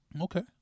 Okay